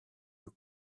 your